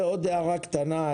עוד הערה קטנה,